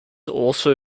also